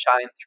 shine